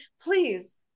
please